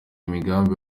imigambi